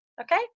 Okay